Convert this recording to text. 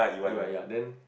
E_Y ya then